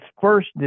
first